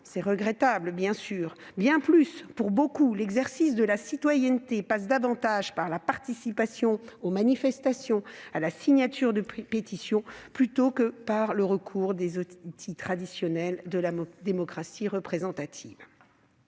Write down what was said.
C'est regrettable. Bien plus, pour beaucoup, l'exercice de la citoyenneté passe davantage par la participation aux manifestations et la signature de pétitions plutôt que par le recours aux outils traditionnels de la démocratie représentative.